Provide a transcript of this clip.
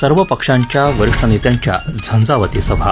सर्व पक्षांच्या वरिष्ठ नेत्यांच्या झंझावाती सभा